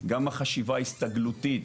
גם החשיבה הסתגלותית.